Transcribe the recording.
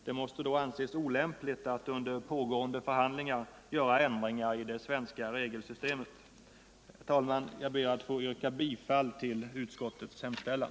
Det måste anses olämpligt att under pågående förhandlingar göra ändringar i det svenska regelsystemet. Herr talman! Jag ber att få yrka bifall till utskottets hemställan.